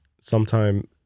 sometime